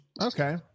Okay